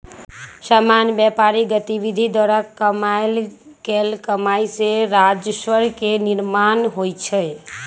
सामान्य व्यापारिक गतिविधि द्वारा कमायल गेल कमाइ से राजस्व के निर्माण होइ छइ